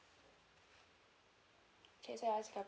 okay so you are singaporean